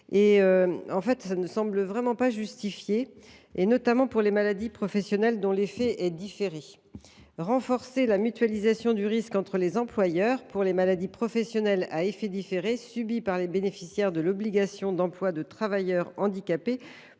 terrain, et ne semble pas justifiée, notamment pour les maladies professionnelles dont l’effet est différé. Renforcer la mutualisation du risque entre les employeurs pour les maladies professionnelles à effet différé subies par les bénéficiaires de l’obligation d’emploi de travailleur handicapé